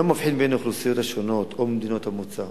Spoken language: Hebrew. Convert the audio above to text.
שאינו מבחין בין האוכלוסיות השונות או במדינות המוצא.